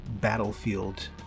battlefield